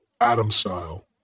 Adam-style